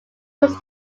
was